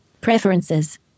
preferences